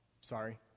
Sorry